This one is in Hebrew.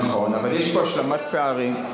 נכון, אבל יש פה השלמת פערים.